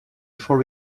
before